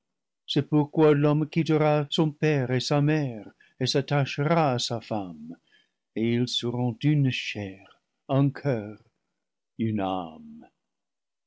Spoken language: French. c'est pour quoi l'homme quittera son père et sa mère et s'attachera à sa femme et ils seront une chair un coeur une âme